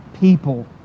people